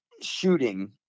shooting